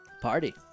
Party